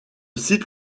site